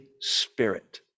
Spirit